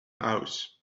house